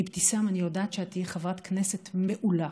אבתיסאם, אני יודעת שאת תהיי חברת כנסת מעולה